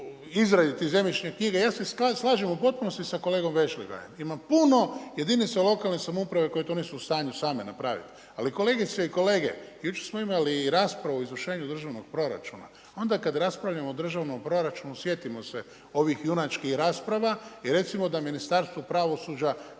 izradi tih zemljišnih knjiga ja se slažem u potpunosti sa Vešligajem, ima puno jedinica lokalne samouprave koje to nisu u stanju same napraviti. Ali kolegice i kolege, jučer smo imali raspravu o izvršenju državnog proračuna. Onda kada raspravljamo o državnom proračuna, sjetimo se ovih junačkih rasprava i recimo da Ministarstvu pravosuđa